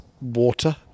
water